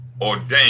ordained